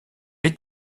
est